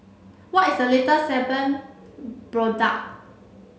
what is the latest Sebamed product